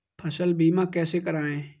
फसल बीमा कैसे कराएँ?